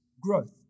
growth